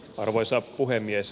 arvoisa puhemies